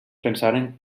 pensaren